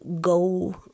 go